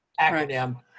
acronym